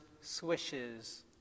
swishes